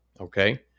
Okay